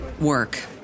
work